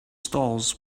stalls